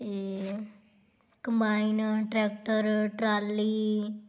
ਅਤੇ combine tractor trolley